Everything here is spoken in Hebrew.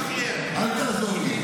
חברת הכנסת נאור שירי, תודה רבה.